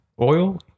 oil